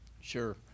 Sure